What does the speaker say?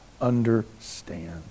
understand